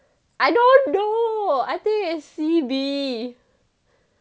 I don't know I think it's C_B